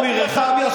בוודאי.